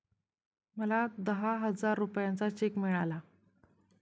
मला दहा हजार रुपयांचा चेक मिळाला